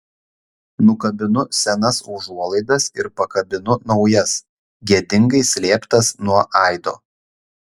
nukabinu senas užuolaidas ir pakabinu naujas gėdingai slėptas nuo aido